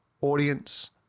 audience